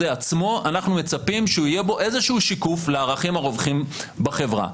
עצמו יהיה איזשהו שיקוף לערכים הרווחים בחברה.